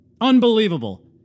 Unbelievable